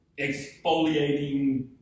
exfoliating